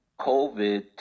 COVID